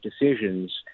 decisions